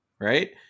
right